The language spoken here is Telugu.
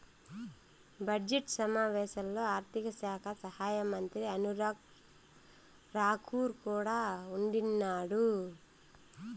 బడ్జెట్ సమావేశాల్లో ఆర్థిక శాఖ సహాయమంత్రి అనురాగ్ రాకూర్ కూడా ఉండిన్నాడు